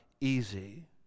easy